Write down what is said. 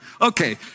Okay